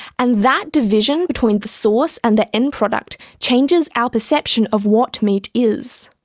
and that division between the source and the end product changes our perception of what meat is.